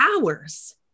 hours